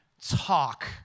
talk